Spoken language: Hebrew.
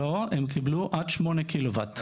לא, הם קיבלו עד 8 קילו וואט.